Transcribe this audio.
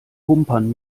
pumpern